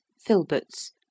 filberts